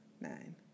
nine